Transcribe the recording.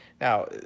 now